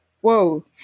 whoa